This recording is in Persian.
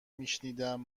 میشنیدم